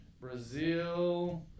Brazil